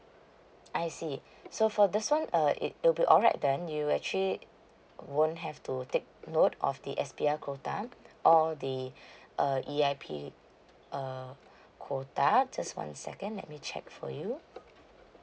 I see so for this one uh it'll be alright then you actually won't have to take note of the S_P_R quota or the err E_I_P err quota just one second let me check for you